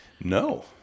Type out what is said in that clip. No